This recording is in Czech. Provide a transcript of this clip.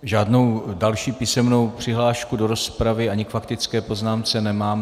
Žádnou další písemnou přihlášku do rozpravy ani k faktické poznámce nemám.